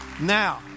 Now